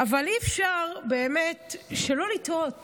אבל באמת אי-אפשר שלא לתהות